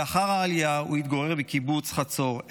לאחר העלייה הוא התגורר בקיבוץ חצור.